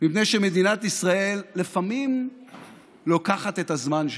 מפני שמדינת ישראל לפעמים לוקחת את הזמן שלה,